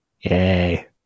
Yay